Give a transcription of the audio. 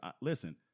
listen